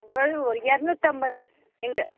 அதாவது ஒரு இரநூத்தம்பது எங்கள்